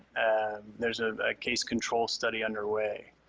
and there's a case control study underway.